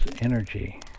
energy